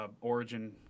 origin